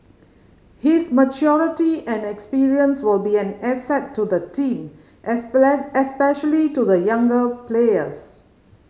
his maturity and experience will be an asset to the team especially to the younger players